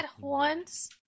horns